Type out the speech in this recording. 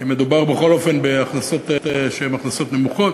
כי בכל אופן מדובר בהכנסות שהן הכנסות נמוכות,